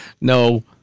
no